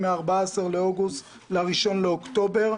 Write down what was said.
מ-14 באוגוסט ל-1 באוקטובר.